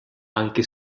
anche